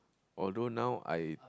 although now I